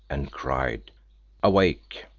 and cried awake!